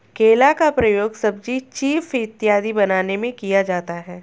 केला का प्रयोग सब्जी चीफ इत्यादि बनाने में किया जाता है